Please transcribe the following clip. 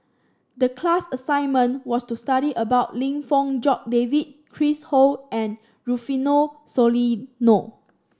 the class assignment was to study about Lim Fong Jock David Chris Ho and Rufino Soliano